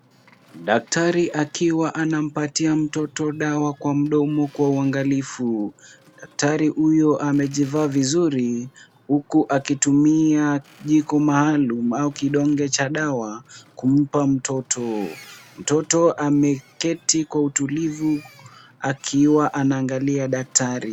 Daktari akiwa anampatia mtoto dawa kwa mdomo kwa uangalifu. Daktari huyu amejivaa vizuri huku akitumia kijiko maalum au kidonge cha dawa kumpa mtoto. Mtoto ameketi kwa utulivu akiwa anaangalia daktari.